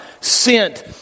sent